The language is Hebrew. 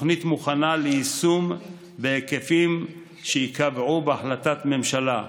התוכנית מוכנה ליישום בהיקפים שייקבעו בהחלטת ממשלה,